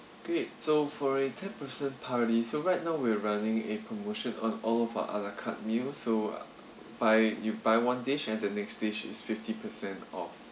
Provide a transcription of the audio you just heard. okay so for a ten person party so right now we're running a promotion on all of our a la carte meal so buy you buy one dish and the next dish is fifty percent off